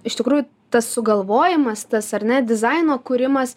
iš tikrųjų tas sugalvojimas tas ar ne dizaino kūrimas